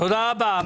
תודה רבה.